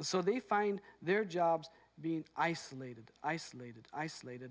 so they find their jobs being isolated isolated isolated